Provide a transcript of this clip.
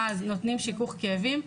ואז נותנים שיכוך כאבים.